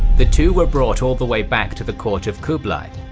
the two were brought all the way back to the court of kublai.